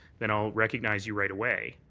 then i'll recognize you right away.